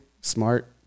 Smart